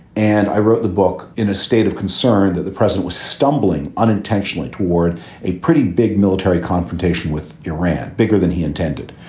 and i wrote the book in a state of concern that the president was stumbling unintentionally toward a pretty big military confrontation with iran, bigger than he intended.